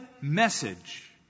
message